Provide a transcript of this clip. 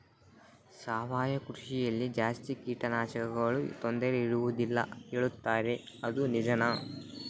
ಸಾವಯವ ಕೃಷಿಯಲ್ಲಿ ಜಾಸ್ತಿ ಕೇಟನಾಶಕಗಳ ತೊಂದರೆ ಇರುವದಿಲ್ಲ ಹೇಳುತ್ತಾರೆ ಅದು ನಿಜಾನಾ?